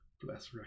Bless